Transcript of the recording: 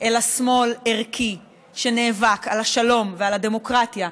אלא שמאל ערכי שנאבק על השלום ועל הדמוקרטיה,